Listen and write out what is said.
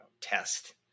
test